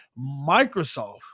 Microsoft